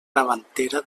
davantera